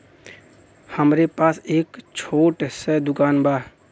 हमरे पास एक छोट स दुकान बा